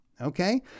Okay